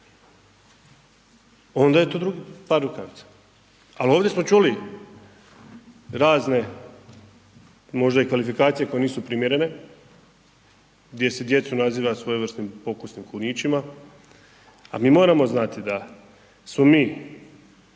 onda je to drugi par rukavica, ali ovdje smo čuli razne, možda i kvalifikacije koje nisu primjerene, gdje se djecu naziva svojevrsnih pokusnim kunićima, a mi moramo znati da smo mi